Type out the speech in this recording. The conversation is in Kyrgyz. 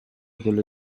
деле